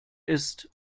ist